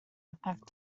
effect